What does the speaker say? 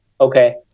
Okay